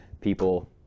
people